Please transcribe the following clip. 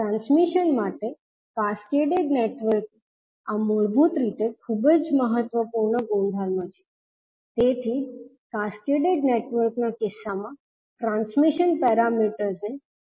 transmission માટે cascade network નો આ મૂળભૂત રીતે ખૂબ જ મહત્વપૂર્ણ ગુણધર્મ છે તેથી જ કેસ્કેડ નેટવર્કના કિસ્સામાં ટ્રાન્સમિશન પેરામીટર્સને ખૂબ ઉપયોગી બનાવે છે